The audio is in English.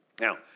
Now